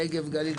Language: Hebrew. נגב-גליל,